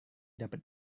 dapat